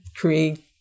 create